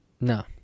No